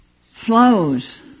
flows